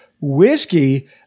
whiskey